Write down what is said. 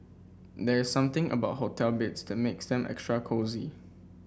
there's something about hotel beds that makes them extra cosy